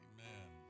Amen